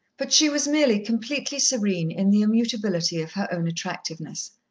but she was merely completely serene in the immutability of her own attractiveness.